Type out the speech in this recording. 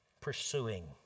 pursuing